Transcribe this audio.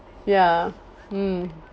ya mm